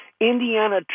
Indiana